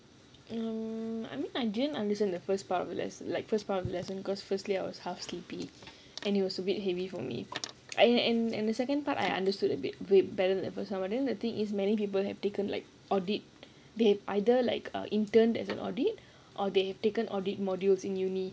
hmm I mean I didn't understand the first part of the less~ like first part of lesson because firstly I was half sleepy and it was a bit heavy for me I an~ and the second part I understood a bit wa~ way better than the first one but then the thing is many people have taken like audit they've either like uh interned as an audit or they've taken audit modules in university